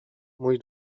mój